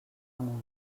amunt